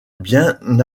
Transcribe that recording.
bien